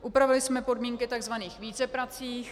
Upravili jsme podmínky takzvaných víceprací.